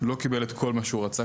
לא קיבל את כל מה שהוא רצה,